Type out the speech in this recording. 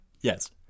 Yes